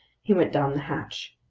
he went down the hatch.